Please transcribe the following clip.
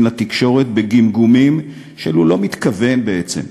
לתקשורת בגמגומים של: הוא לא מתכוון בעצם,